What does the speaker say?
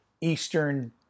eastern